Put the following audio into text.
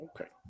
Okay